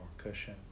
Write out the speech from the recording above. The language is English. cushion